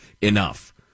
Enough